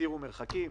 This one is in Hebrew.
תגדירו מרחקים,